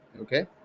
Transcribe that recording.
okay